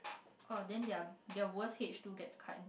oh then their their worst H two gets cut